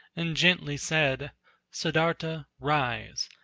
and gently said siddartha, rise!